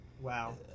Wow